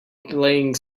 playing